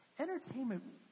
Entertainment